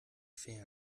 fair